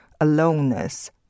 aloneness